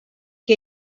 que